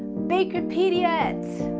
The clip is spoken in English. bakerpedia it.